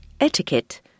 Etiquette